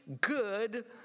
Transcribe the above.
good